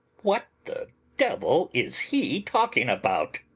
what the devil is he talking about?